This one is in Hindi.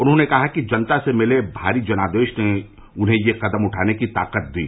उन्होंने कहा कि जनता से मिले भारी जनादेश ने उन्हें यह कदम उठाने की ताकत दी